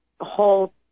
whole